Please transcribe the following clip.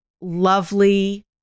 lovely